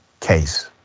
case